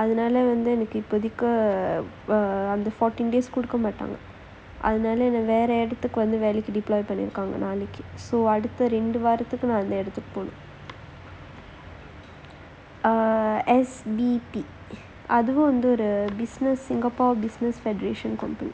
அதுனால வந்து எனக்கு இப்போதிக்கு அந்த:panni irukkaenla athunaala vanthu enakku ippothikku antha fourteen day குடுக்க மாட்டாங்க அதுனால என்ன வேற இடத்துக்கு வந்து வேலைக்கு:kudukka maataanga athunaala enna vera idathukku vanthu velaikku declare பண்ணி இருக்காங்க நாளைக்கு:panni irukkaanga naalaikku so அடுத்த ரெண்டு வாரத்துக்கு நான் அங்க போகணும்:adutha rendu vaarathukku naan anga poganum ah err S_B_D அது வந்து:athu vanthu business singapore business graduation country